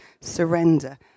surrender